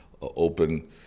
open